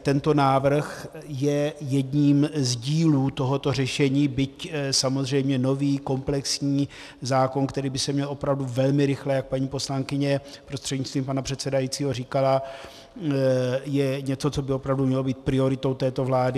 Tento návrh je jedním z dílů tohoto řešení, byť samozřejmě nový komplexní zákon, který by se měl opravdu velmi rychle, jak paní poslankyně prostřednictvím pana předsedajícího říkala, je něco, co by opravdu mělo být prioritou této vlády.